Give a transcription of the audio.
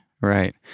Right